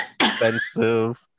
expensive